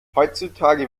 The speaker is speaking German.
heutzutage